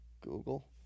Google